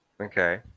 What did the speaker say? Okay